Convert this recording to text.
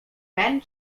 ten